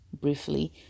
briefly